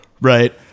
Right